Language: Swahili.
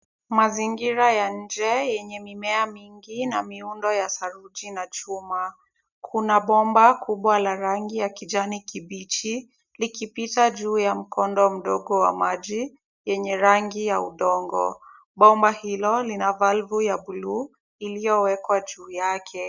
Mazingira ya nje yenye mimea mingi na miundo ya saruji na chuma, kuna bomba kubwa la rangi ya kijani kibichi likipita juu ya mkondo mdogo wa maji yenye rangi ya udongo, bomba hilo lina valve ya bluu iliyowekwa juu yake.